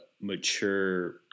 mature